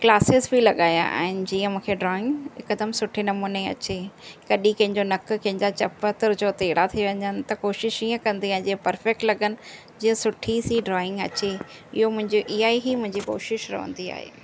classes बि लॻाया आहिनि जीअं मूंखे ड्राइंग हिकदमि सुठे नमूने अचे कॾहि कंहिजो नक कंहिंजा चप कर जो टेड़ा थी वञण त कोशिशि हीअं कंदी आ की परफेक्ट लॻनि जीअं सुठी सी ड्राइंग अचे इहो मुंहिंजे इहेई मुंहिंजी कोशिशि रहुंदी आहे